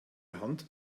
hand